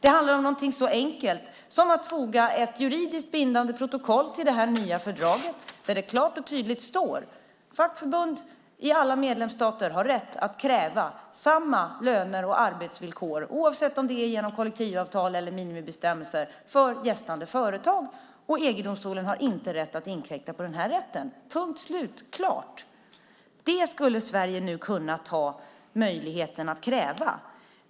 Det handlar om någonting så enkelt som att foga ett juridiskt bindande protokoll till det nya fördraget, där det klart och tydligt står: Fackförbund i alla medlemsstater har rätt att kräva samma löner och arbetsvillkor, oavsett om det är genom kollektivavtal eller minimibestämmelser för gästande företag. EG-domstolen har inte rätt att inkräkta på den rätten. Punkt slut! Klart! Detta skulle Sverige nu kunna ta möjligheten att kräva.